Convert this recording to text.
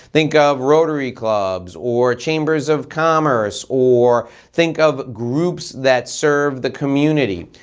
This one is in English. think of rotary clubs or chambers of commerce or think of groups that serve the community.